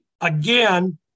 again